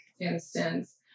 instance